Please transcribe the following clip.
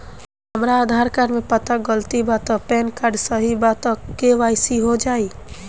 हमरा आधार कार्ड मे पता गलती बा त पैन कार्ड सही बा त के.वाइ.सी हो जायी?